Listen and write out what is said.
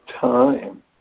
time